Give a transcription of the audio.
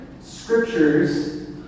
scriptures